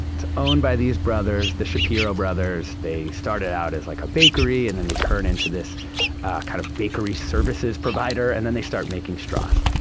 it's owned by these brothers, the shapiro brothers. they started out as like, a bakery, and then they turned into this kind of, bakery services provider, and then they start making straws.